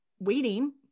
waiting